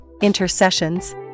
intercessions